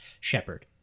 Shepard